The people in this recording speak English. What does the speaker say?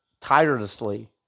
tirelessly